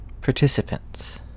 participants